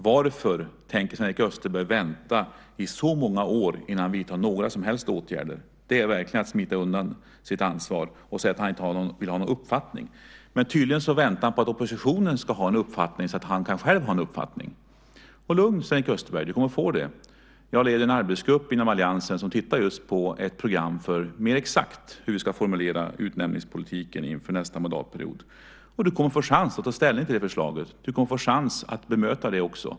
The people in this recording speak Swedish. Varför tänker Sven-Erik Österberg vänta i så många år innan han vidtar några som helst åtgärder? Det är verkligen att smita undan sitt ansvar att säga att han inte vill ha någon uppfattning. Men tydligen väntar han på att oppositionen ska ha en uppfattning, så att han själv kan ha en uppfattning. Var lugn, Sven-Erik Österberg, du kommer att få det. Jag leder en arbetsgrupp inom alliansen som tittar just på ett program för hur vi mer exakt ska formulera utnämningspolitiken inför nästa mandatperiod. Och du kommer att få möjlighet att ta ställning till det förslaget. Du kommer att få möjlighet att bemöta det också.